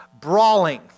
brawling